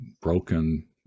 broken